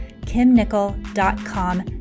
kimnickel.com